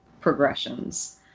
progressions